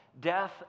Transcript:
death